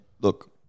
Look